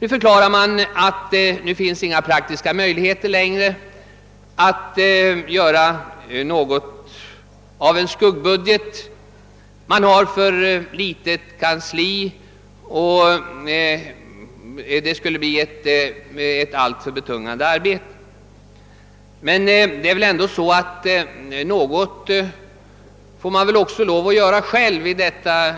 Nu förklaras det att det inte längre finns några praktiska möjligheter att göra en skuggbudget eftersom kanslierna är för små och arbetet med skuggbudgeten ytterst betungande. Men något bör man väl också uträtta själv under detta